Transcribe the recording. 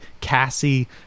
Cassie